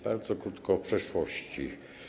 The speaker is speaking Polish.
Bardzo krótko o przeszłości.